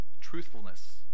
truthfulness